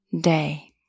day